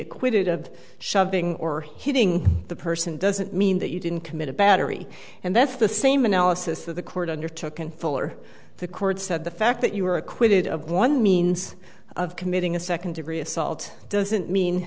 acquitted of shoving or hitting the person doesn't mean that you didn't commit a battery and that's the same analysis that the court undertook and fuller the court said the fact that you were acquitted of one means of committing a second degree assault doesn't mean